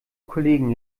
kollegen